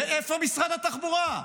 ואיפה משרד התחבורה?